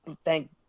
thank